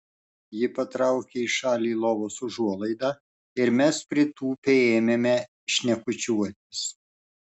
ji patraukė į šalį lovos užuolaidą ir mes pritūpę ėmėme šnekučiuotis